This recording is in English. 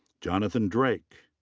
jonathan drake.